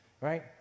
right